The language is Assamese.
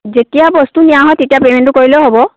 যেতিয়া বস্তু নিয়া হয় তেতিয়া পেমেণ্টটো কৰিলেও হ'ব